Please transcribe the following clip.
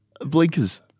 Blinkers